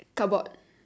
cupboard